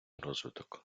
розвиток